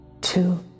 two